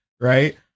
right